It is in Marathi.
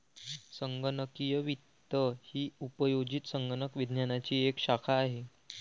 संगणकीय वित्त ही उपयोजित संगणक विज्ञानाची एक शाखा आहे